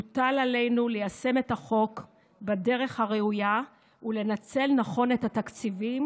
מוטל עלינו ליישם את החוק בדרך הראויה ולנצל נכון את התקציבים